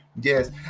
Yes